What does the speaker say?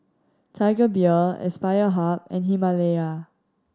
Tiger Beer Aspire Hub and Himalaya